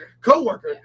co-worker